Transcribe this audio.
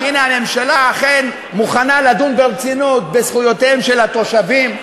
שהנה הממשלה אכן מוכנה לדון ברצינות בזכויותיהם של התושבים.